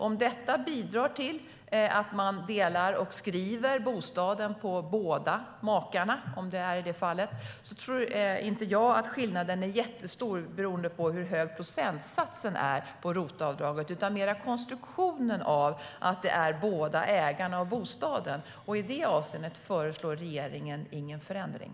Om detta bidrar till att man delar och skriver bostaden på båda makarna, i förekommande fall så tror inte jag att skillnaden är jättestor beroende på hur hög procentsatsen är på ROT-avdraget, utan det handlar mer om konstruktionen, att avdraget berör båda ägarna av bostaden. I det avseendet föreslår regeringen ingen förändring.